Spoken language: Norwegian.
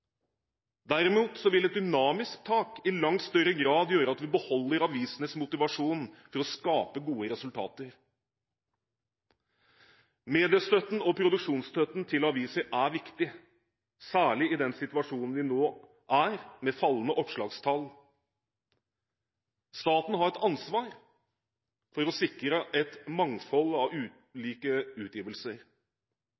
Derimot vil et dynamisk tak i langt større grad gjøre at vi beholder avisenes motivasjon til å skape gode resultater. Mediestøtten og produksjonsstøtten til aviser er viktig, særlig i den situasjonen vi nå er i, med fallende opplagstall. Staten har et ansvar for å sikre et mangfold av